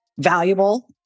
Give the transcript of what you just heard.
valuable